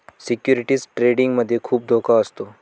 securities trading मध्ये खुप धोका असतो